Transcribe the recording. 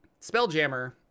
Spelljammer